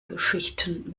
geschichten